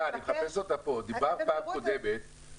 ההוספה של תקשורת אלקטרונית היא כדי להבדיל בין